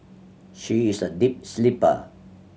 she is a deep sleeper